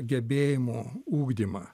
gebėjimų ugdymą